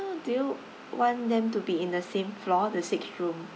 do you want them to be in the same floor the six room